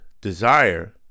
desire